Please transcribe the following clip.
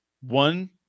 one